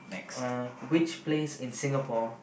uh which place in Singapore